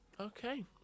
Okay